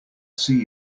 see